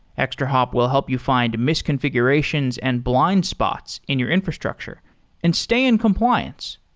extrahop will help you find misconfigurations and blind spots in your infrastructure and stay in compliance.